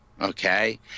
okay